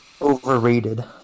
Overrated